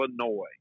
Illinois